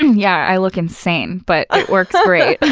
yeah, i look insane, but it works great.